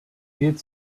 viel